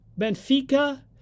Benfica